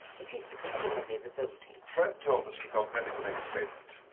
it is particularly revolting. fred told us you felt ready to make a statement.